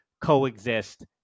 coexist